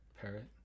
parrot